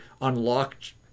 unlocked